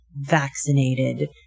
vaccinated